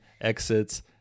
exits